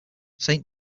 saint